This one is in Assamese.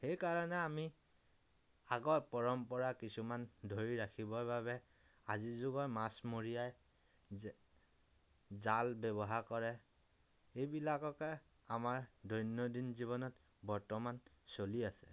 সেইকাৰণে আমি আগৰ পৰম্পৰা কিছুমান ধৰি ৰাখিবৰ বাবে আজিৰ যুগৰ মাছমৰীয়াই জা জাল ব্য়ৱহাৰ কৰে এইবিলাককে আমাৰ দৈনন্দিন জীৱনত বৰ্তমান চলি আছে